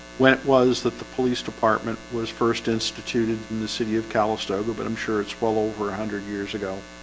when it was that the police department was first instituted in the city of calistoga but i'm sure it's well over a hundred years ago